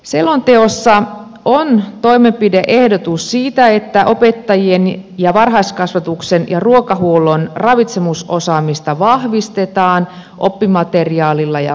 selonteossa on toimenpide ehdotus siitä että opettajien ja varhaiskasvatuksen ja ruokahuollon ravitsemusosaamista vahvistetaan oppimateriaalilla ja koulutuksella